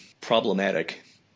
problematic